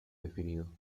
definido